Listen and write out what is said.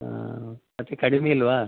ಹಾಂ ಮತ್ತು ಕಡಿಮೆ ಇಲ್ವಾ